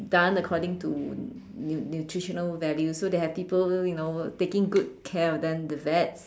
done according to nu~ nutritional value so they have people you know taking good care of them the vets